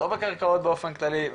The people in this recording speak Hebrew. או בקרקעות באופן כללי,